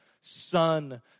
son